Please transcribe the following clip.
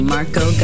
Marco